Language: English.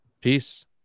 Peace